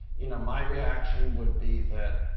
you know, my reaction would be that,